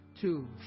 two